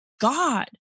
God